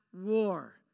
war